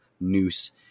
noose